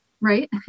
Right